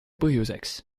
põhjuseks